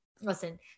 listen